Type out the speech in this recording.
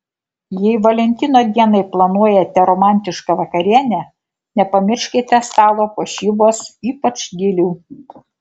jei valentino dienai planuojate romantišką vakarienę nepamirškite stalo puošybos ypač gėlių